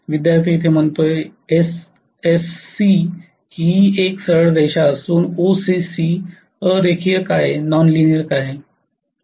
विद्यार्थीः एसएससी ही एक सरळ रेषा असून ओसीसी अ रेखीय का आहे